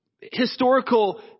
historical